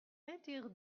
interdit